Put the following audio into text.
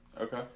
Okay